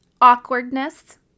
awkwardness